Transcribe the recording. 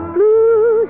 Blue